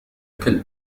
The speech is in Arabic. كلب